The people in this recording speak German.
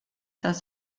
das